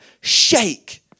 shake